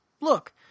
Look